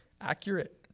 accurate